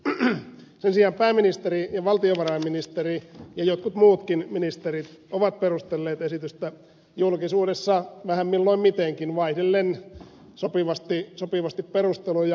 sen sijaan pääministeri ja valtiovarainministeri ja jotkut muutkin ministerit ovat perustelleet esitystä julkisuudessa vähän milloin mitenkin vaihdellen sopivasti perusteluja